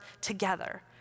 together